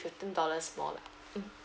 fifteen dollars more lah mm